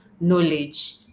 knowledge